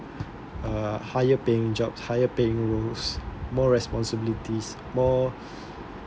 uh higher paying job higher paying rules more responsibilities more